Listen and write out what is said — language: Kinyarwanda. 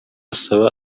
asaba